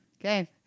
Okay